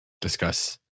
discuss